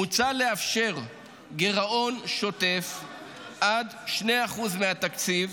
מוצע לאפשר גירעון שוטף עד 2% מהתקציב,